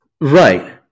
Right